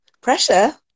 pressure